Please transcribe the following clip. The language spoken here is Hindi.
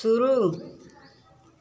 शुरू